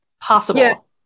possible